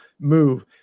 move